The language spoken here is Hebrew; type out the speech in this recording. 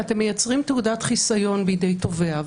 אתם מייצרים תעודת חיסיון בידי תובע,